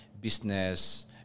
business